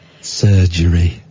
Surgery